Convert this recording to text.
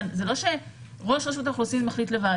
זה לא שראש רשות האוכלוסין מחליט לבד,